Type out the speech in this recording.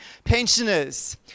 pensioners